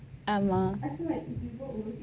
ஆமாம்:amma